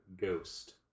Ghost